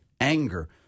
anger